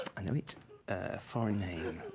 i know it's a foreign name.